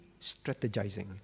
strategizing